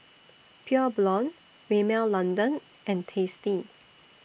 Pure Blonde Rimmel London and tasty